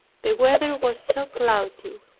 the weather was so cloudy,